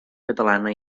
catalana